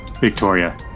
Victoria